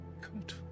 Good